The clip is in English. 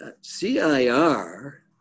CIR